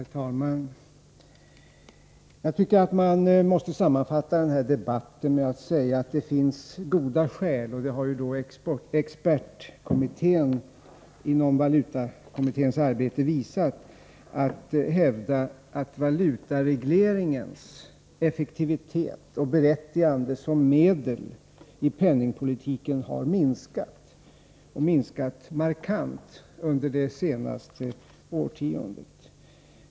Herr talman! Jag tycker att man måste sammanfatta den här debatten med att säga att det finns goda skäl — det har expertkommittén inom valutakommitténs arbete visat — att hävda att valutaregleringens effektivitet och berättigande som medel i penningpolitiken markant minskat under det senaste årtiondet.